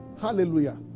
Hallelujah